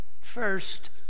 First